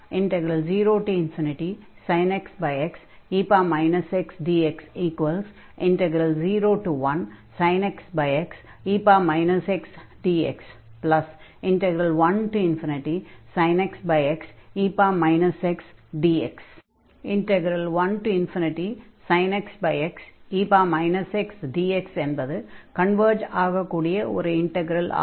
0sin x xe x dx01sin x xe x dx1sin x xe x dx 1sin x xe x dx என்பது converge ஆகக் கூடிய ஒரு integral ஆகும்